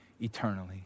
eternally